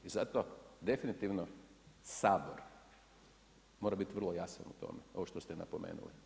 I zato definitivno Sabor, mora biti vrlo jasan u tome, kao što ste i napomenuli.